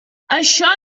això